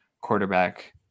quarterback